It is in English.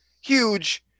huge